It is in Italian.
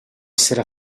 essere